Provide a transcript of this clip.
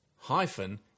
Hyphen